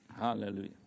Hallelujah